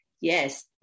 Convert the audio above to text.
Yes